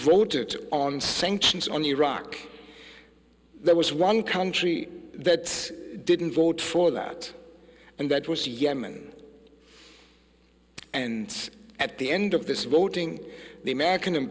voted on sanctions on iraq there was one country that didn't vote for that and that was yemen and at the end of this voting the american